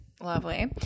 lovely